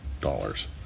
dollars